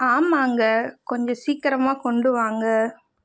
ஆமாங்க கொஞ்சம் சீக்கிரமாக கொண்டு வாங்க